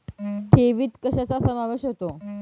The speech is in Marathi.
ठेवीत कशाचा समावेश होतो?